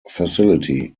facility